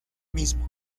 mismo